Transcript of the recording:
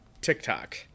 TikTok